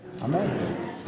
Amen